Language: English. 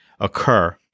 occur